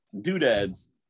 doodads